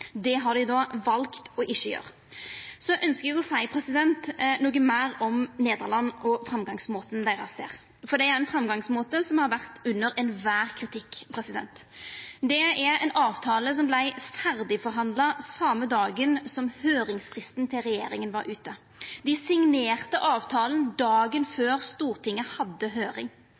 Det har dei då valt ikkje å gjera. Eg ynskjer å seia noko meir om Nederland og framgangsmåten til regjeringa, for det er ein framgangsmåte som har vore under all kritikk. Det er ei avtale som vart ferdigforhandla same dagen som høyringsfristen til regjeringa var ute. Dei signerte avtala dagen før Stortinget hadde høyring.